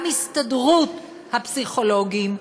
גם הסתדרות הפסיכולוגים,